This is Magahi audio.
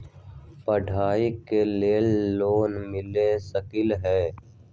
पढाई के लेल लोन मिल सकलई ह की?